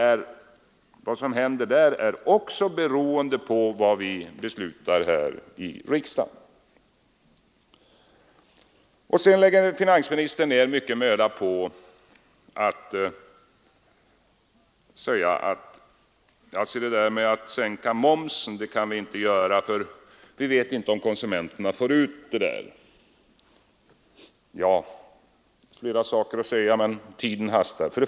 Vad som händer där är också beroende av vad vi beslutar i riksdagen. Finansministern lägger ner mycken möda på att förklara att man inte tiska åtgärder kan sänka momsen därför att man inte vet om konsumenterna får nytta av det. Det skulle finnas mycket att säga om detta, men tiden hastar.